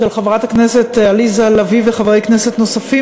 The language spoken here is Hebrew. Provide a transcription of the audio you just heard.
של חברת הכנסת עליזה לביא וחברי כנסת נוספים,